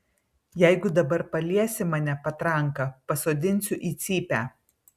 jeigu dabar paliesi mane patranka pasodinsiu į cypę